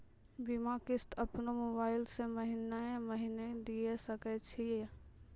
बीमा किस्त अपनो मोबाइल से महीने महीने दिए सकय छियै?